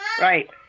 Right